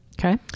Okay